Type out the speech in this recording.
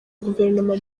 guverinoma